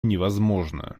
невозможно